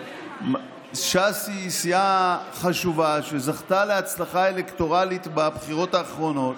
ש"ס היא סיעה חשובה שזכתה להצלחה אלקטורלית בבחירות האחרונות,